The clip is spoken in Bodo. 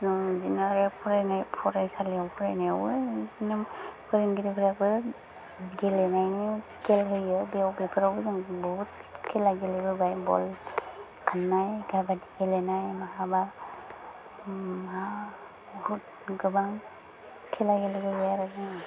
बिदिनो बे फरायनाय फरायसालियाव फैनायावबो बिदिनो फोरोंगिरिफ्राबो गेलेनायनि गेलेहोयो बेयाव बेफोरावबो जों बहुद खेला गेलेबोबाय बल खारनाय काबादि गेलेनाय बहाबा मा बहुद गोबां खेला गेलेबोबाय आरो जोङो